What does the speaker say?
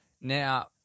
Now